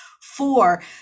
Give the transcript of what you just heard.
four